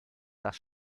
das